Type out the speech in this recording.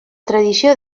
tradició